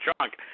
trunk